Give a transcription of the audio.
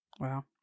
Wow